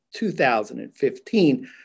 2015